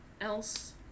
else